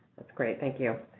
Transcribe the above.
that's great. thank you.